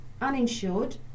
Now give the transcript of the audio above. uninsured